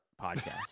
podcast